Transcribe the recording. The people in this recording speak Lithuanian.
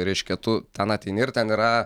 reiškia tu ten ateini ir ten yra